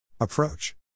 Approach